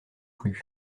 plus